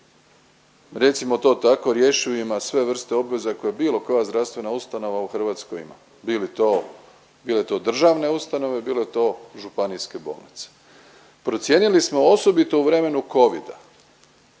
recimo to tako rješivima sve vrste obveza koje bilo koja zdravstvena ustanova u Hrvatskoj ima bile to državne ustanove, bile to županijske bolnice. Procijenili smo osobito u vremenu covida